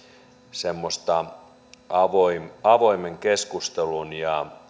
semmoista avoimen keskustelun ja